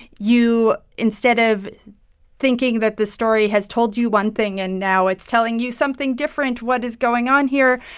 you instead of thinking that the story has told you one thing and now it's telling you something different what is going on here?